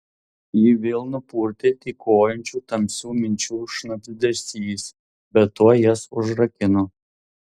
jį vėl nupurtė tykojančių tamsių minčių šnabždesys bet tuoj jas užrakino